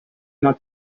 not